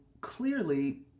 clearly